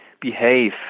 behave